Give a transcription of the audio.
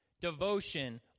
devotion